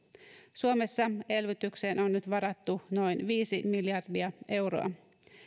suomessa elvytykseen on nyt varattu noin viisi miljardia euroa